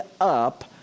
up